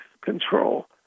control